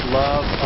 love